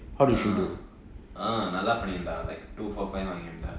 uh uh நல்லா பன்னிருந்தா:nallaa pannirunthaa like two four five வாங்கிருந்தா:vaangirunthaa